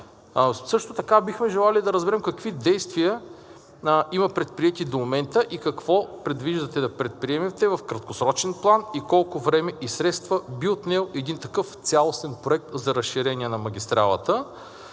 Също така бихме желали да разберем какви действия има предприети до момента и какво предвиждате да предприемете в краткосрочен план и колко време и средства би отнел един такъв цялостен проект за разширение на магистралата?